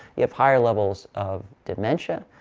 you have higher levels of dementia,